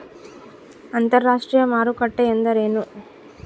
ಅಂತರಾಷ್ಟ್ರೇಯ ಮಾರುಕಟ್ಟೆ ಎಂದರೇನು?